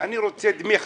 רוצה דמי חנוכה.